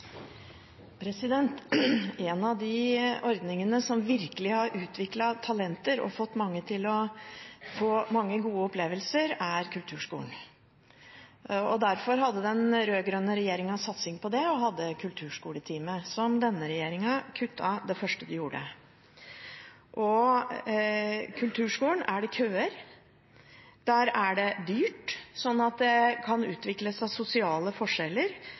En av de ordningene som virkelig har utviklet talenter og fått mange til å få mange gode opplevelser, er kulturskolene. Derfor hadde den rød-grønne regjeringen en satsing på det og hadde kulturskoletimen – som denne regjeringen kuttet som noe av det første de gjorde. Det er køer for å komme inn på kulturskolene, og det er dyrt, noe som gjør at det kan utvikle seg sosiale forskjeller